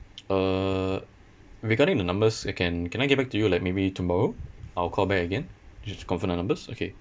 uh regarding the numbers eh can can I get back to you like maybe tomorrow I'll call back again just to confirm the numbers okay